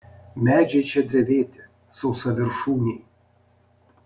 medžiai čia drevėti sausaviršūniai